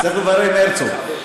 צריך לברר עם הרצוג.